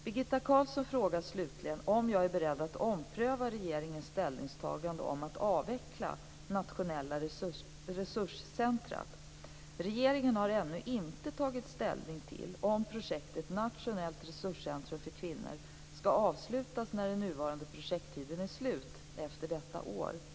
Birgitta Carlsson frågar slutligen om jag är beredd att ompröva regeringens ställningstagande att avveckla det nationella resurscentrumet. Regeringen har ännu inte tagit ställning till om projektet Nationellt resurscentrum för kvinnor skall avslutas när den nuvarande projekttiden är slut efter 1999.